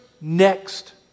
next